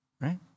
right